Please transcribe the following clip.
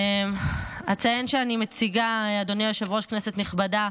אציין שאני מציגה, אדוני היושב-ראש, כנסת נכבדה,